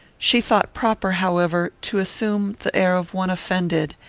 she thought proper, however, to assume the air of one offended,